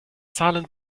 zahlen